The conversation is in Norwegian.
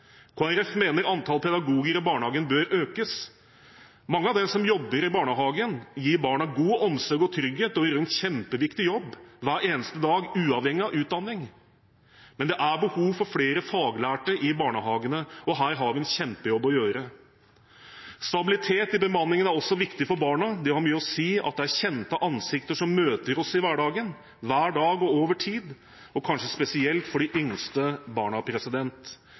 Folkeparti mener at antall pedagoger i barnehagen bør økes. Mange av dem som jobber i barnehagen gir barna god omsorg og trygghet og gjør en kjempeviktig jobb hver eneste dag, uavhengig av utdanning. Men det er behov for flere faglærte i barnehagene, og her har vi en kjempejobb å gjøre. Stabilitet i bemanningen er også viktig for barna. Det har mye å si at det er kjente ansikter som møter oss i hverdagen – hver dag og over tid – og kanskje spesielt for de yngste barna.